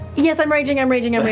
yes, i'm raging, i'm raging, i mean